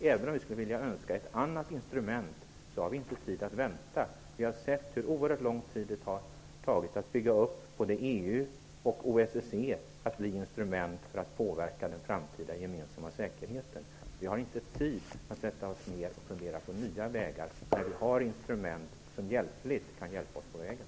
Även om vi skulle önska ett annat instrument har vi inte tid att vänta. Vi har sett hur oerhört lång tid det tagit att bygga upp EU och OSSE till att bli instrument för att påverka den framtida gemensamma säkerheten. Vi har inte tid att sätta oss ner och fundera på nya vägar när vi nu har ett instrument som i någon mån kan hjälpa oss på vägen.